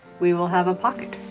we will have a pocket.